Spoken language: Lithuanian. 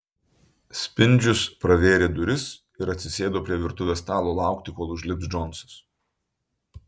spindžius pravėrė duris ir atsisėdo prie virtuvės stalo laukti kol užlips džonsas